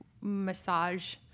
massage